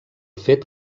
fet